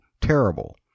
terrible